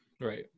Right